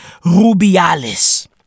Rubiales